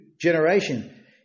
generation